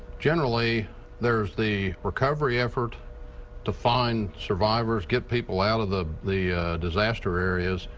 generally there's the recovery effort to find survivors, get people out of the the disaster areas,